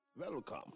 Welcome